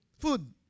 food